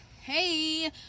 hey